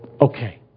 okay